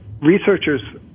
researchers